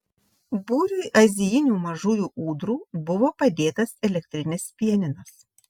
būriui azijinių mažųjų ūdrų buvo padėtas elektrinis pianinas